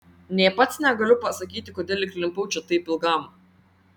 nė pats negaliu pasakyti kodėl įklimpau čia taip ilgam